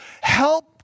help